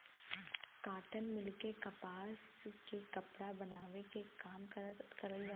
cotton mill में कपास से कपड़ा बनावे के काम करल जाला